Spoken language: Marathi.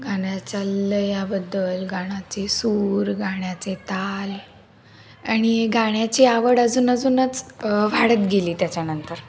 गाण्याच्या लयीबद्दल गाण्याचे सूर गाण्याचे ताल आणि गाण्याची आवड अजून अजूनच वाढत गेली त्याच्यानंतर